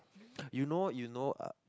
you know you know uh